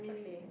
okay